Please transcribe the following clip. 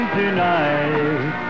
tonight